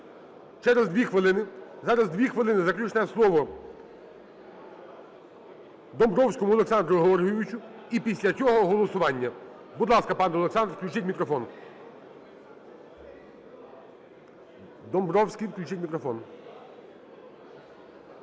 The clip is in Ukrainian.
Зараз дві хвилини - заключне слово Домбровському Олександру Георгійовичу, і після цього голосування. Будь ласка, пане Олександр, включіть мікрофон. Домбровський, включіть мікрофон.